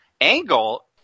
angle